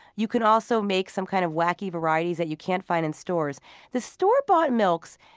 you can also make some kind of wacky varieties that you can't find in stores the store-bought milks,